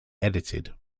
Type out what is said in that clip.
edited